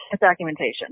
documentation